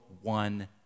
one